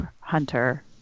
Hunter